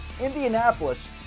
Indianapolis